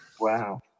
Wow